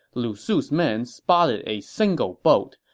lu su's men spotted a single boat,